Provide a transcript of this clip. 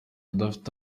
udafite